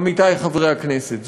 עמיתי חברי הכנסת,